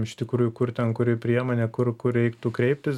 iš tikrųjų kur ten kuri priemonė kur kur reiktų kreiptis